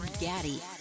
Gaddy